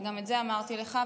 וגם את זה אמרתי לך,